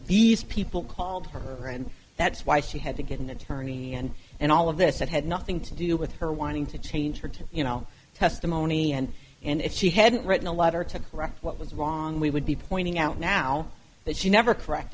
these people called her and that's why she had to get an attorney and and all of this that had nothing to do with her wanting to change her to you know testimony and and if she hadn't written a letter to correct what was wrong we would be pointing out now that she never